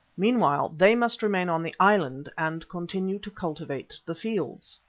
meanwhile, they must remain on the island and continue to cultivate the fields.